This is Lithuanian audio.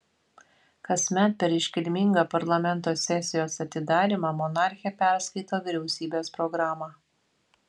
kasmet per iškilmingą parlamento sesijos atidarymą monarchė perskaito vyriausybės programą